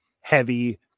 heavy